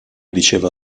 diceva